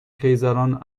خیزران